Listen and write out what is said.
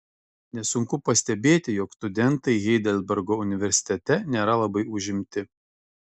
nesunku pastebėti jog studentai heidelbergo universitete nėra labai užimti